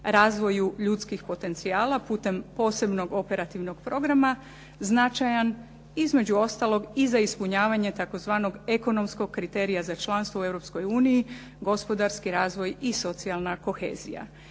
razvoju ljudskih potencijala putem posebnog operativnog programa značajan između ostalog i za ispunjavanje tzv. ekonomskog kriterija za članstvo u Europskoj uniji gospodarski razvoj i socijalna kohezija.